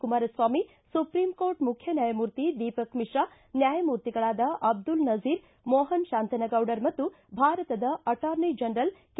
Kumaraswamy supreme court ಮುಖ್ಯ ನ್ಕಾಯಮೂರ್ತಿ ದೀಪಕ್ ವಿುಶ್ರಾ ನ್ಯಾಯಮೂರ್ತಿಗಳಾದ ಅಬ್ದುಲ್ ನಜೀರ್ ಮೋಹನ್ ಶಾಂತನಗೌಡರ್ ಮತ್ತು ಭಾರತದ ಅಟಾರ್ನಿ ಜನರಲ್ ಕೆ